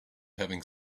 having